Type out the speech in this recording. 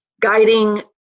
guiding